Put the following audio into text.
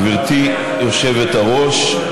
גברתי היושבת-ראש,